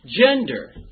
gender